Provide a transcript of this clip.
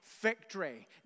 victory